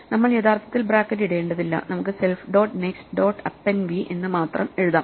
നമ്മൾ യഥാർത്ഥത്തിൽ ബ്രാക്കറ്റ് ഇടേണ്ടതില്ല നമുക്ക് self dot next dot append v എന്ന് മാത്രം എഴുതാം